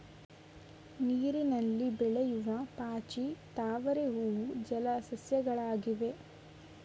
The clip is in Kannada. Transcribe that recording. ನೀರಿನಲ್ಲಿ ಬೆಳೆಯೂ ಪಾಚಿ, ತಾವರೆ ಹೂವು ಜಲ ಸಸ್ಯಗಳಾಗಿವೆ